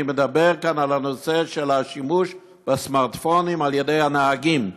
אני מדבר כאן על נושא השימוש בסמארטפונים על ידי הנהגים.